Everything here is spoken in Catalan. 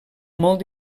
molt